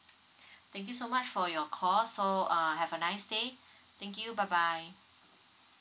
thank you so much for your call so uh have a nice day thank you bye bye